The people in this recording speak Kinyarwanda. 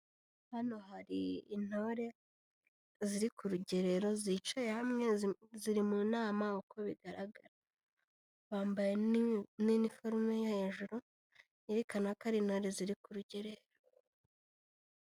Hano hari intore, ziri ku rugerero zicaye hamwe, ziri mu nama uko bigaragara. Bambaye n'iniforume yo hejuru, yerekana ko ari intore ziri ku rugerero.